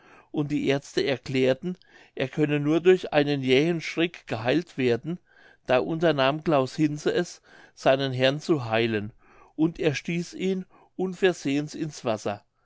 und die aerzte erklärten er könne nur durch einen jähen schreck geheilt werden da unternahm claus hinze es seinen herrn zu heilen und er stieß ihn unversehens ins wasser